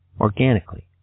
Organically